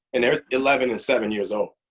and they're eleven and seven years old.